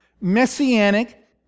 messianic